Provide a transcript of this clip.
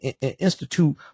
institute